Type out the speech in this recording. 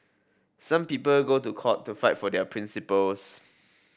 some people go to court to fight for their principles